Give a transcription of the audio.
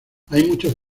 muchos